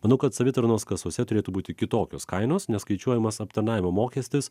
manau kad savitarnos kasose turėtų būti kitokios kainos neskaičiuojamas aptarnavimo mokestis